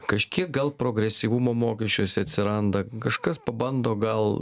kažkiek gal progresyvumo mokesčiuose atsiranda kažkas pabando gal